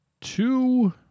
Two